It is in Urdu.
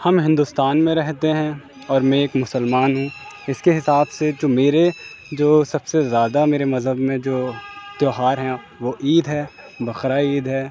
ہم ہندوستان میں رہتے ہیں اور میں ایک مسلمان ہوں اس کے حساب سے جو میرے جو سب سے زیادہ میرے مذہب میں جو تیوہار ہے وہ عید ہے بقر عید ہے